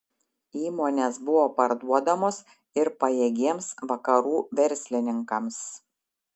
įmonės buvo parduodamos ir pajėgiems vakarų verslininkams